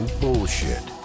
bullshit